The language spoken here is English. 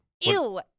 Ew